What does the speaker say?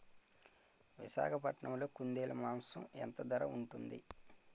విశాఖపట్నంలో కుందేలు మాంసం ఎంత ధర ఉంటుంది?